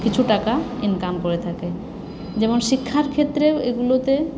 কিছু টাকা ইনকাম করে থাকে যেমন শিক্ষার ক্ষেত্রেও এগুলোতে